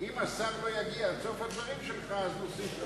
אם השר לא יגיע עד סוף הדברים שלך אז נוסיף לך.